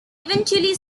eventually